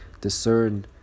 discern